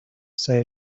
say